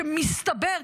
שמסתבר,